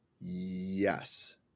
yes